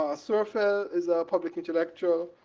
ah surafel is a public intellectual